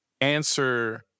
answer